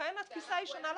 לכן התפיסה היא שונה לחלוטין.